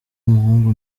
umuhungu